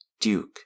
Duke